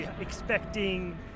Expecting